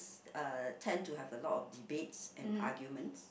uh tend to have a lot of debates and arguments